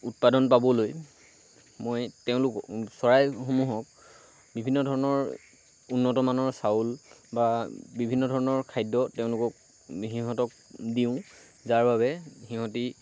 উৎপাদন পাবলৈ মই তেওঁলোক চৰাই সমূহক বিভিন্ন ধৰণৰ উন্নতমানৰ চাউল বা বিভিন্ন ধৰণৰ খাদ্য তেওঁলোকক সিহঁতক দিওঁ যাৰ বাবে সিঁহতি